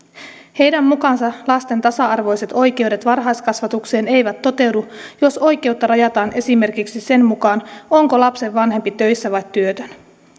heidän mukaansa lasten tasa arvoiset oikeudet varhaiskasvatukseen eivät toteudu jos oikeutta rajataan esimerkiksi sen mukaan onko lapsen vanhempi töissä vai työtön